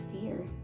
fear